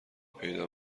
پیدا